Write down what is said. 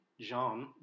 Jean